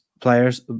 players